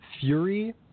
Fury